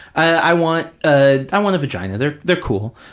i want a, i want a vagina. they're they're cool.